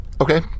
Okay